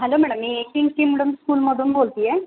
hello madam मी A P M C middle स्कूलमधून बोलते आहे